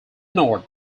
north